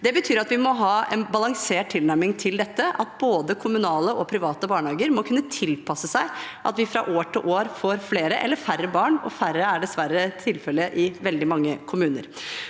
Det betyr at vi må ha en balansert tilnærming til dette. Både kommunale og private barnehager må kunne tilpasse seg at vi fra år til år får flere og færre barn – og færre barn er dessverre tilfellet i veldig mange kommuner.